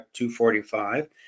2.45